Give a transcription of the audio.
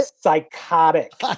psychotic